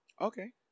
Okay